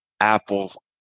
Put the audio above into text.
Apple